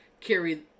carry